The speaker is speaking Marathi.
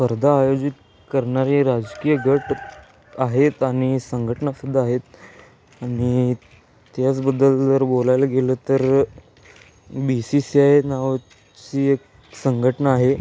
स्पर्धा आयोजित करणारे राजकीय गट आहेत आणि संघटनासुद्धा आहेत आणि त्याचबद्दल जर बोलायला गेलं तर बी सी सी आय नावाची एक संघटना आहे